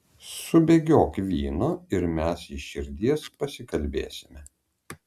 subėgiok vyno ir mes iš širdies pasikalbėsime